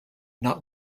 not